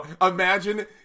Imagine